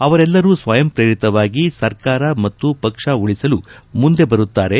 ಅವರೆಲ್ಲರು ಸ್ವಯಂ ಪ್ರೇರಿತವಾಗಿ ಸರ್ಕಾರ ಮತ್ತು ಪಕ್ಷ ಉಳಿಸಲು ಮುಂದೆ ಬರುತ್ತಾರೆ